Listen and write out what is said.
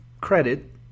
credit